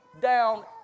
down